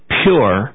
pure